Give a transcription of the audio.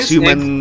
Human